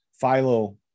Philo